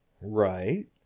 Right